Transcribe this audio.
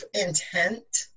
intent